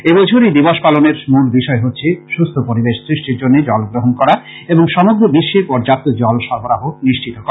এই বছর এই দিবস পালনের মূল বিষয় হচ্ছে সুস্থ পরিবেশ সৃষ্টির জন্য জল গ্রহণ করা এবং সমগ্র বিশ্বে পর্যাপ্ত জল সরবরাহ নিশ্চিত করা